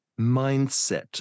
mindset